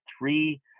three